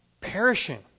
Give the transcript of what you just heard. perishing